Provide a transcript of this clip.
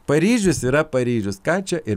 paryžius yra paryžius ką čia ir